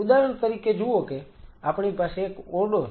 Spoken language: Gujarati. ઉદાહરણ તરીકે જુઓ કે આપણી પાસે એક ઓરડો છે